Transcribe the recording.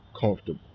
comfortable